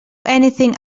anything